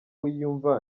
wiyumva